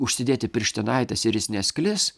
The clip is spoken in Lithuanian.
užsidėti pirštinaites ir jis nesklis